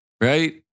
Right